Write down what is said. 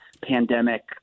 pandemic